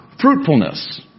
fruitfulness